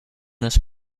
this